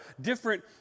different